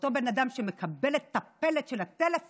ואותו בן אדם שמקבל את הפלט של הטלפון